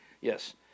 Yes